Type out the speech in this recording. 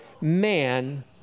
man